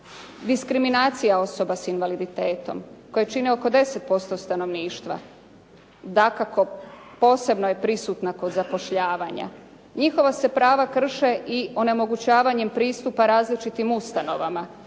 Diskriminacija osoba sa invaliditetom, koji čine oko 10% stanovništva, dakako je posebno prisutna kod zapošljavanja. Njihova se prava krše i onemogućavanjem pristupa različitim ustanovama,